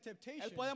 temptation